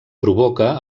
provoca